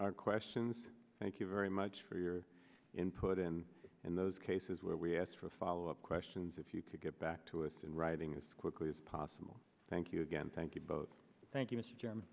our questions thank you very much for your input and in those cases where we asked for a follow up questions if you could get back to us in writing as quickly as possible thank you again thank you both thank